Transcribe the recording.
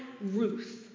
Ruth